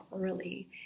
early